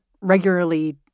regularly